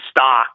stock